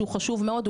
שהוא חשוב מאוד,